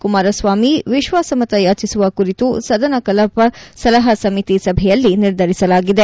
ಕುಮಾರಸ್ವಾಮಿ ವಿಶ್ವಾಸಮತಯಾಚಿಸುವ ಕುರಿತು ಸದನ ಕಲಾಪ ಸಲಹಾ ಸಮಿತಿ ಸಭೆಯಲ್ಲಿ ನಿರ್ಧರಿಸಲಾಗಿದೆ